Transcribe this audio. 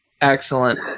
excellent